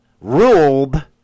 ruled